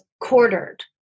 quartered